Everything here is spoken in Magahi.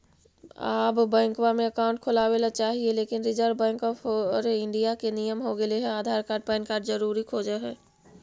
आब बैंकवा मे अकाउंट खोलावे ल चाहिए लेकिन रिजर्व बैंक ऑफ़र इंडिया के नियम हो गेले हे आधार कार्ड पैन कार्ड जरूरी खोज है?